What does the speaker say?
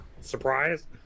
surprise